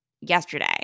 yesterday